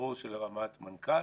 ברור שלרמת מנכ"ל